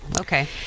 okay